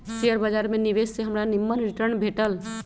share बाजार में निवेश से हमरा निम्मन रिटर्न भेटल